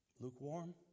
Lukewarm